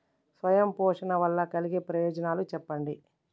స్వయం పోషణ వల్ల కలిగే ప్రయోజనాలు చెప్పండి?